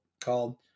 called